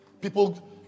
people